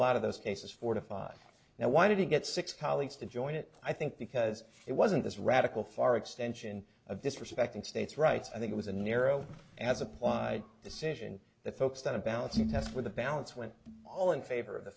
lot of those cases four to five now why did he get six colleagues to join it i think because it wasn't this radical far extension of disrespecting states rights i think it was a narrow as applied decision that folks that a balancing test for the balance went all in favor of the